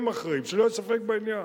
הם האחראים, שלא יהיה ספק בעניין.